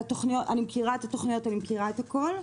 אני מכירה את התוכניות ואני מכירה את הכול.